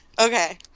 Okay